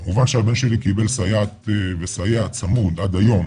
כמובן שהבן שלי קיבל סייע בצמוד עד היום